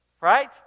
right